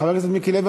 חבר הכנסת מיקי לוי,